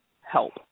help